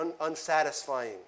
unsatisfying